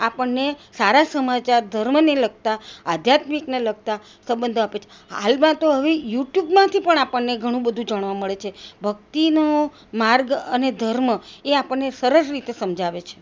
આપણને સારા સમાચાર ધર્મને લગતા આધ્યાતમિકને લગતા સંબંધો આપે છે હાલમાં તો હવે યુટ્યુબમાંથી પણ આપણને ઘણુંબધું જાણવા મળે છે ભક્તિનો માર્ગ અને ધર્મ એ આપણને સરસ રીતે સમજાવે છે